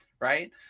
right